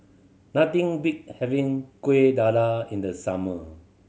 nothing beats having Kuih Dadar in the summer